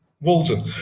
Walden